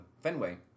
fenway